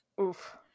Oof